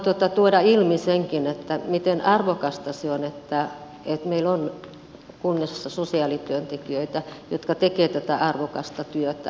haluan tuoda ilmi senkin miten arvokasta on että meillä on kunnissa sosiaalityöntekijöitä jotka tekevät tätä arvokasta työtä